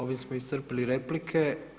Ovime smo iscrpili replike.